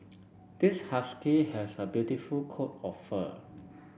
this husky has a beautiful coat of fur